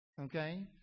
Okay